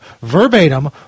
verbatim